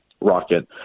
rocket